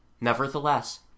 Nevertheless